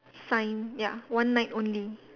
sign ya one night only